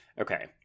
okay